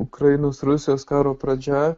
ukrainos rusijos karo pradžioje